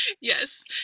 Yes